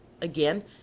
Again